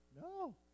No